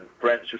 friends